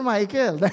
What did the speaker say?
Michael